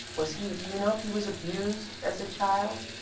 was he do you know if he was abused as a child?